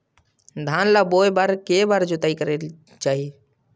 धान ल बोए बर के बार जोताई करना चाही?